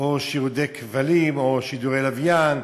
או שירותי כבלים או שידורי לוויין,